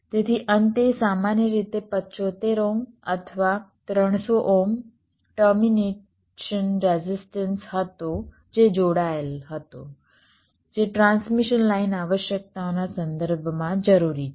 તેથી અંતે સામાન્ય રીતે 75 ઓહ્મ અથવા 300 ઓહ્મ ટર્મિનેશન રેઝિસ્ટન્સ હતો જે જોડાયેલ હતો જે ટ્રાન્સમિશન લાઇન આવશ્યકતાઓના સંદર્ભમાં જરૂરી છે